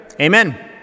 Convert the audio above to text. amen